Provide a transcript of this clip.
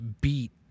beat